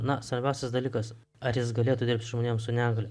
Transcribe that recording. na svarbiausias dalykas ar jis galėtų dirbt su žmonėm su negalia